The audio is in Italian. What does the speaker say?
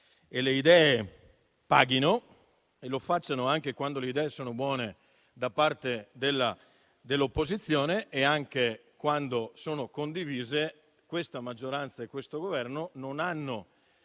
le idee paghino e lo facciano anche quando le idee sono buone da parte dell'opposizione e quando sono condivise. Questa maggioranza e questo Governo non hanno